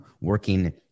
working